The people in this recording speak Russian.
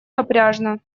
напряжно